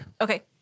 Okay